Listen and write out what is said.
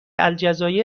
الجزایر